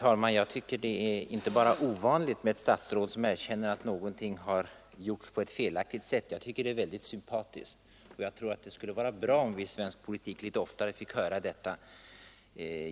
Herr talman! Det är inte bara ovanligt med ett statsråd som erkänner att någonting har presenterats på ett felaktigt sätt, det är också sympatiskt. Det vore bra om vi i svensk politik litet oftare fick höra sådant.